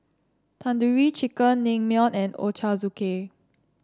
Tandoori Chicken Naengmyeon and Ochazuke